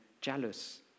jealous